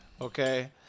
Okay